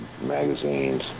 magazines